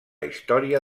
història